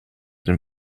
den